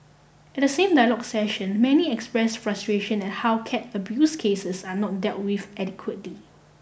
at the same dialogue session many express frustration at how cat abuse cases are not dealt with adequately